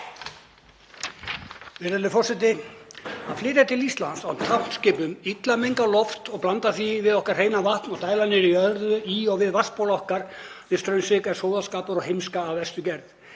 Virðulegur forseti. Að flytja til Íslands á tankskipum illa mengað loft og blanda því við okkar hreina vatn og dæla niður í jörðu í og við vatnsból okkar við Straumsvík er sóðaskapur og heimska af verstu gerð.